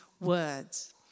words